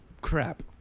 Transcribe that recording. crap